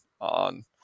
on